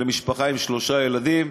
על משפחה עם שלושה ילדים.